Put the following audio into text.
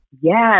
Yes